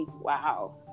wow